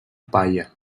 palla